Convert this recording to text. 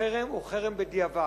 החרם הוא חרם בדיעבד.